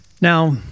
Now